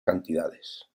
cantidades